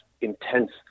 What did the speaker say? intense